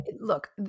look